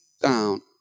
down